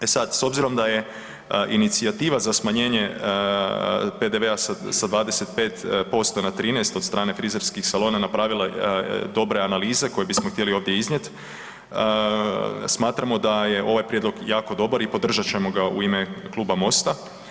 E sad, s obzirom da je inicijativa za smanjenje PDV-a sa 25% na 13 od strane frizerskih salona napravila dobre analize koje bismo htjeli ovdje iznijet, smatramo da je ovaj prijedlog jako dobar i podržat ćemo ga u ime kluba Mosta.